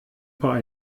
vor